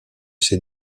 ses